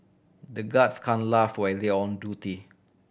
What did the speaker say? the guards can laugh when they are on duty